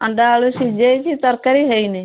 ଅଣ୍ଡା ଆଳୁ ସିଜେଇଛି ତରକାରୀ ହେଇନି